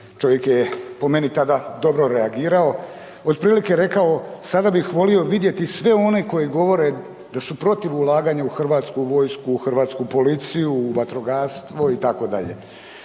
čovjek je po meni tada dobro reagirao, otprilike rekao sada bih volio vidjeti sve one koji govore da su protiv ulaganja u hrvatsku vojsku, u hrvatsku policiju, u vatrogastvo itd. Dakle,